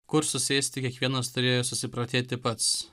kur susėsti kiekvienas turėjo susiprotėti pats